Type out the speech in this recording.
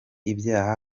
ibyaha